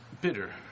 bitter